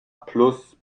plus